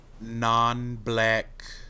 Non-black